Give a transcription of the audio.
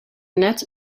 nets